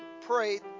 pray